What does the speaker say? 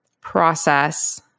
process